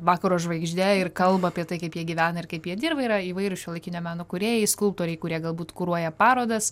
vakaro žvaigžde ir kalba apie tai kaip jie gyvena ir kaip jie dirba yra įvairūs šiuolaikinio meno kūrėjai skulptoriai kurie galbūt kuruoja parodas